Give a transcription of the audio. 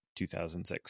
2006